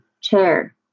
chair